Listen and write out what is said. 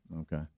Okay